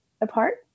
apart